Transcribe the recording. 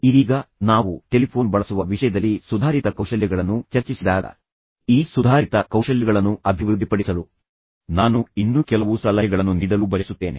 ಇದೀಗ ನಾವು ಟೆಲಿಫೋನ್ ಬಳಸುವ ವಿಷಯದಲ್ಲಿ ಸುಧಾರಿತ ಕೌಶಲ್ಯಗಳನ್ನು ಚರ್ಚಿಸಿದಾಗ ಈ ಸುಧಾರಿತ ಕೌಶಲ್ಯಗಳನ್ನು ಅಭಿವೃದ್ಧಿಪಡಿಸಲು ನಾನು ಇನ್ನೂ ಕೆಲವು ಸಲಹೆಗಳನ್ನು ನೀಡಲು ಬಯಸುತ್ತೇನೆ